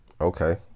okay